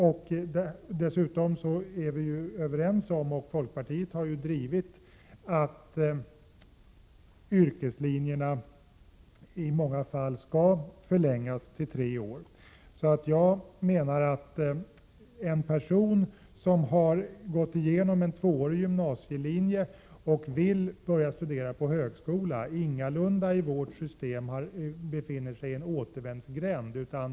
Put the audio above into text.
Vidare är vi överens — jag vill framhålla att folkpartiet har drivit den frågan — om att yrkeslinjerna i många fall skall förlängas till tre år. Jag menar således att den person som har gått på en tvåårig gymnasielinje och som vill börja studera på högskolan ingalunda befinner sig i en återvändsgränd i vårt system.